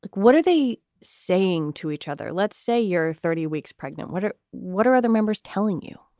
like what are they saying to each other? let's say you're thirty weeks pregnant. what are what are other members telling you?